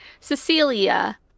Cecilia